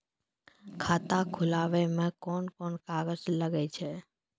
खाता खोलावै मे कोन कोन कागज लागै छै?